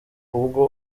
ubwo